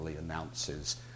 announces